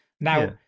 Now